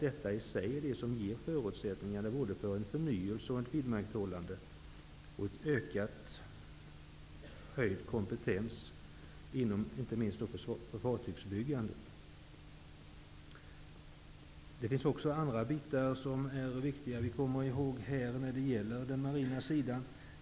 Detta i sig skapar förutsättningar både för en förnyelse och ett vidmakthållande samt för en ökad kompetens, inte minst beträffande fartygsbyggande. Även andra bitar är viktiga i fråga om den marina sidan.